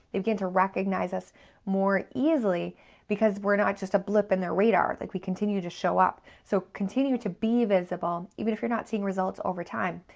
they begin to recognize us more easily because we're not just a blip in their radar. like we continue to show up. so continue to be visible. even if you're not seeing results over time,